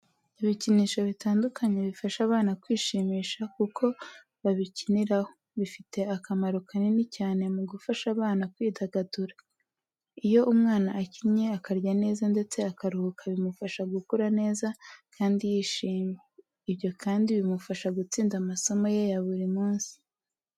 Ibikinisho bitandukanye bifasha abana kwishimisha kuko babikiniraho, bifite akamaro kanini cyane mu gufasha abana kwidagadura. Iyo umwana akinnye, akarya neza ndetse akaruhuka bimufasha gukura neza kandi yishimye. Ibyo kandi bimufasha gutsinda amasomo ye buri munsi.